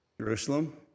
Jerusalem